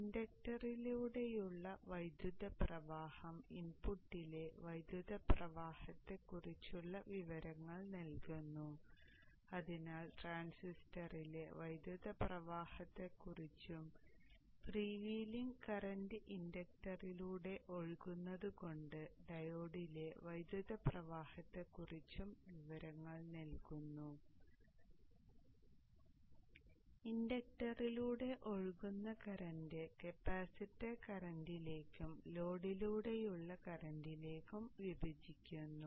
ഇൻഡക്ടറിലൂടെയുള്ള വൈദ്യുത പ്രവാഹം ഇൻപുട്ടിലെ വൈദ്യുത പ്രവാഹത്തെക്കുറിച്ചുള്ള വിവരങ്ങൾ നൽകുന്നു അതിനാൽ ട്രാൻസിസ്റ്ററിലെ വൈദ്യുത പ്രവാഹത്തെകുറിച്ചും ഫ്രീ വീലിംഗ് കറന്റ് ഇൻഡക്ടറിലൂടെ ഒഴുകുന്നതു കൊണ്ട് ഡയോഡിലെ വൈദ്യുത പ്രവാഹത്തെകുറിച്ചും വിവരങ്ങൾ നൽകുന്നു ഇൻഡക്ടറിലൂടെ ഒഴുകുന്ന കറന്റ് കപ്പാസിറ്റർ കറന്റിലേക്കും ലോഡിലൂടെയുള്ള കറന്റിലേക്കും വിഭജിക്കുന്നു